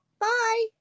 Bye